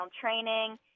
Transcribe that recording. training